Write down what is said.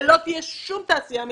ולא תהיה שום תעשייה מקומית,